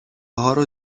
هارو